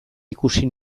ikusi